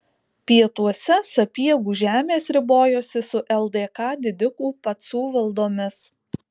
pietuose sapiegų žemės ribojosi su ldk didikų pacų valdomis